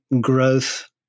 growth